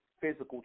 physical